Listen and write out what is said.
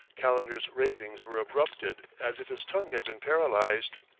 calendar's ravings were abrupted as if his tongue had been paralyzed.